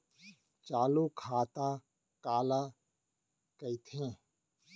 चालू खाता काला कहिथे?